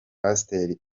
pasteur